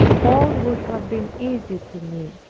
all would have been easy to me.